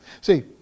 See